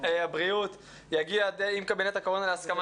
הבריאות יגיע עם קבינט הקורונה להסכמה